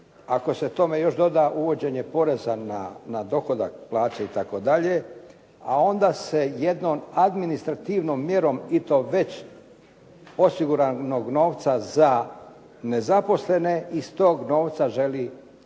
Ako se tome još doda uvođenje poreza na dohodak, plaće itd., a onda se jednom administrativnom mjerom i to već osiguranog za novca za nezaposlene, iz tog novca želi sačuvati